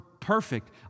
perfect